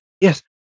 Yes